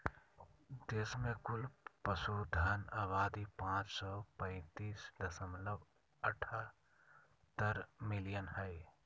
देश में कुल पशुधन आबादी पांच सौ पैतीस दशमलव अठहतर मिलियन हइ